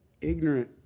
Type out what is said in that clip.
ignorant